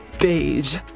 beige